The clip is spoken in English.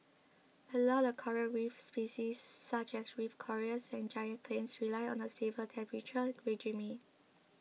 a lot of coral reef species such as reef corals and giant clams rely on a stable temperature regime